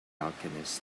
alchemist